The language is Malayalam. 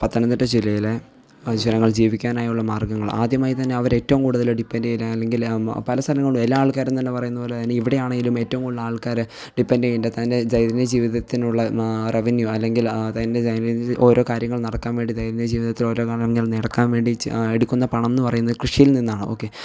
പത്തനംതിട്ട ജില്ലയിലെ ജനങ്ങൾ ജീവിക്കാനായുള്ള മാർഗ്ഗങ്ങൾ ആദ്യമായി തന്നെ അവരേറ്റവും കൂടുതൽ ഡിപ്പെൻ്റ് ചെയ്യുന്നത് അല്ലെങ്കിൽ പല സ്ഥലങ്ങളിലും എല്ലാ ആൾക്കാരും തന്നെ പറയുന്നത് പോലെ തന്നെ ഇവിടെയാണെങ്കിലും ഏറ്റവും കൂടുതൽ ആൾക്കാർ ഡിപ്പെന്റ് ചെയ്യുന്നത് തന്റെ ദൈനം ദിന ജീവിതത്തിനുള്ള റെവന്യൂ അല്ലെങ്കിൽ ആ തന്റെ ദൈനം ദിന ഓരോ കാര്യങ്ങൾ നടക്കാൻ വേണ്ടി ദൈനം ദിന ജീവിതത്തിൽ ഓരോ കാര്യങ്ങൾ നടക്കാൻ വേണ്ടി എടുക്കുന്ന പണം എന്ന് പറയുന്നത് കൃഷിയിൽ നിന്നാണ് ഓക്കേ